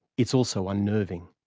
it's also unnerving.